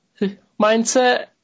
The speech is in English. mindset